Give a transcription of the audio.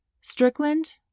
Strickland